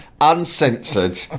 uncensored